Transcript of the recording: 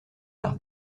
par